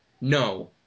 No